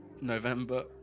November